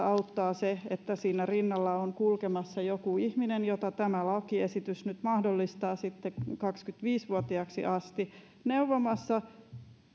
auttaa se että siinä rinnalla on kulkemassa joku ihminen mitä tämä lakiesitys nyt mahdollistaa sitten kahdeksikymmeneksiviideksi vuotiaaksi asti neuvomassa